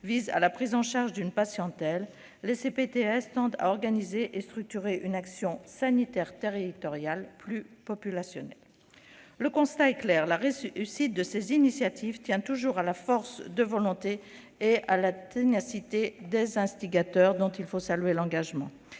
visent à la prise en charge d'une patientèle, les CPTS tendent à organiser et à structurer une action sanitaire territoriale plus populationnelle. Le constat est clair : la réussite de ces initiatives tient toujours à la force de volonté et à la ténacité de leurs instigateurs, dont il faut saluer l'engagement,